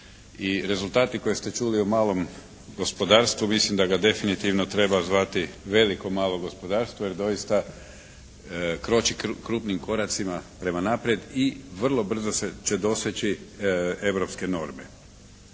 I rezultati koje ste čuli o malom gospodarstvu, mislim da ga definitivno treba zvati veliko-malo gospodarstvo, jer doista kroči krupnim koracima prema naprijed i vrlo brzo će doseći europske norme.